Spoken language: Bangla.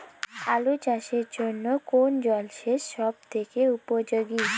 আলু চাষের জন্য কোন জল সেচ সব থেকে উপযোগী?